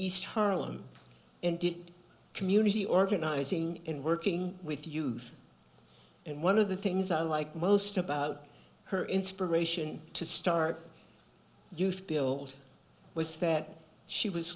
east harlem and did community organizing and working with the youth and one of the things i like most about her inspiration to start youth build was that she was